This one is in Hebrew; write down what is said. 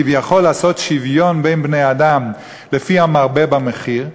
כביכול לעשות שוויון בין בני-האדם לפי המרבה במחיר,